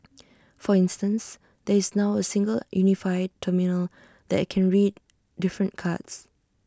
for instance there is now A single unified terminal that can read different cards